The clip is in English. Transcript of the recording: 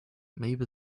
maybe